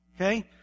Okay